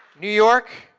new york,